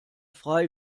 frei